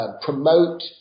promote